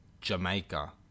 Jamaica